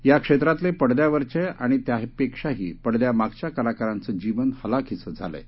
या क्षेत्रातले पडद्यावरच्या आणि त्यापेक्षाही पडद्यामागच्या कलाकारांचं जीवन हलाखीचं झालं आहे